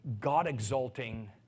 God-exalting